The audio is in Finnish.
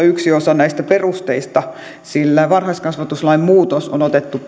yksi osa näistä perusteista sillä varhaiskasvatuslain muutos on otettu